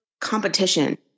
competition